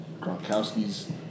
Gronkowski's